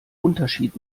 unterschied